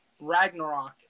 Ragnarok